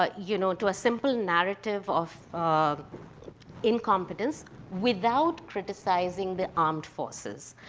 ah you know, to a simple narrative of of incompetence without criticizing the armed forces.